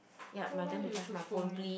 sometimes you also scold me